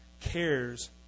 cares